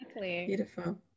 beautiful